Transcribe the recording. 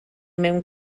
mewn